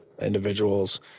individuals